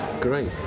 Great